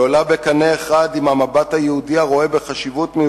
והן עולות בקנה אחד עם המבט היהודי הרואה חשיבות